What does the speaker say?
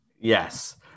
Yes